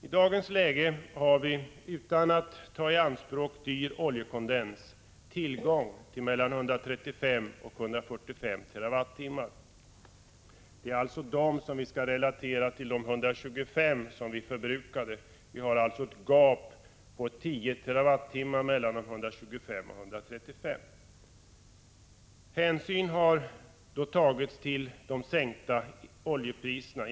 I dagens läge har vi, utan att ta i anspråk dyr oljekondens, tillgång till mellan 135 och 145 TWh. Det är dessa siffror vi skall relatera till de 125 TWh som vi förbrukar. Det finns alltså ett gap här på 10 TWh. Hänsyn har då tagits till de sänkta oljepriserna.